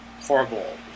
horrible